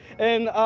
and